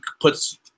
puts